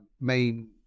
main